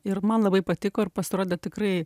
ir man labai patiko ir pasirodė tikrai